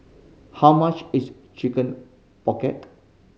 how much is Chicken Pocket